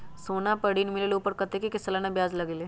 सोना पर ऋण मिलेलु ओपर कतेक के सालाना ब्याज लगे?